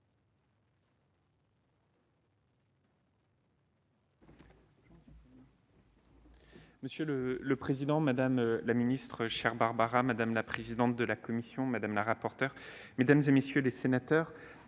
Monsieur le président, madame la ministre- chère Barbara -, madame la présidente de la commission, madame la rapporteure, mesdames, messieurs les sénateurs,